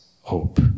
hope